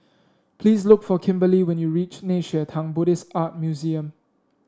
please look for Kimberely when you reach Nei Xue Tang Buddhist Art Museum